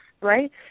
right